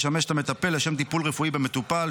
ישמש את המטפל לשם טיפול רפואי במטופל,